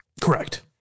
Correct